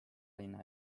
hinna